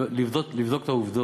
לבדוק את העובדות.